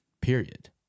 period